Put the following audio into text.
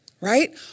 right